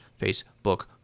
Facebook